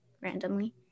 randomly